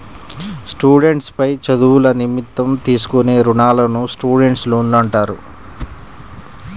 students పై చదువుల నిమిత్తం తీసుకునే రుణాలను స్టూడెంట్స్ లోన్లు అంటారు